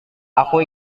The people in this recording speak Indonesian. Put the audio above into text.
aku